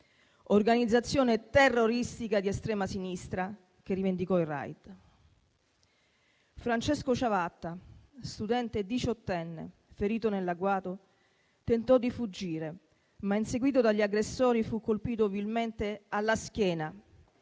organizzazione terroristica di estrema sinistra che rivendicò il *raid*. Francesco Ciavatta, studente diciottenne, ferito nell'agguato, tentò di fuggire, ma inseguito dagli aggressori fu colpito vilmente alla schiena